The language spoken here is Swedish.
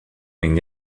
min